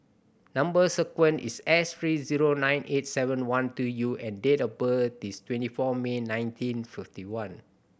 number sequence is S three zero nine eight seven one two U and date of birth is twenty four May nineteen fifty one